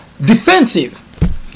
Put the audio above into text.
defensive